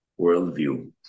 worldview